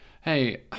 hey